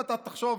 אם תחשוב,